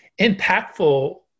impactful